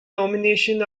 nomination